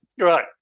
Right